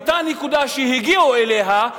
מאותה נקודה שהגיעו אליה,